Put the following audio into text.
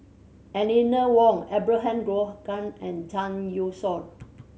Eleanor Wong Abraham Logan and Zhang Youshuo